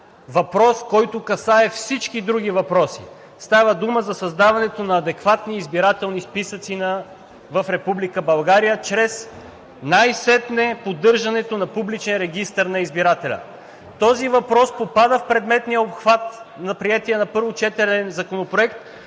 въпрос, който касае всички други въпроси. Става дума за създаването на адекватни избирателни списъци в Република България чрез – най-сетне – поддържането на публичен регистър на избирателя. Този въпрос попада в предметния обхват на приетия на първо четене Законопроект